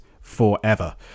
forever